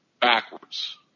backwards